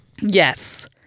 Yes